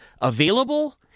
available